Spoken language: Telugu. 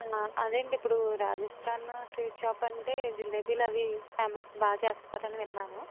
అదే అండి ఇప్పుడు రాజస్థాన్ స్వీట్ షాప్ అంటే జిలేబీలు అవి ఫేమస్ బాగా చేస్తారని విన్నాను